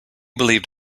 believed